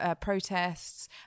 protests